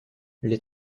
les